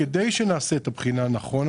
כדי שנעשה את הבחינה נכון,